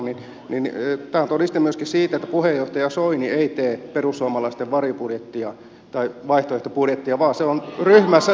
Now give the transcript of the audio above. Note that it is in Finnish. tämä on todiste myöskin siitä että puheenjohtaja soini ei tee perussuomalaisten varjobudjettia tai vaihtoehtobudjettia vaan se on ryhmässä yhdessä tehty